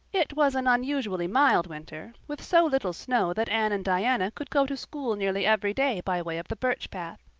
it was an unusually mild winter, with so little snow that anne and diana could go to school nearly every day by way of the birch path.